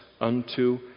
unto